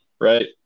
right